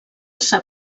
sap